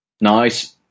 Nice